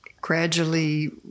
gradually